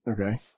Okay